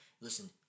Listen